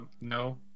No